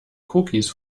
cookies